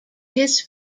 his